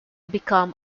become